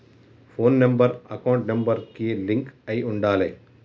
పోను number account number కి link అయ్యి ఉండాలే